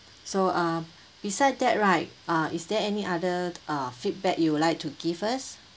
so uh besides that right uh is there any other uh feedback you would like to give us